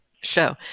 show